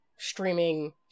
Streaming